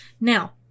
Now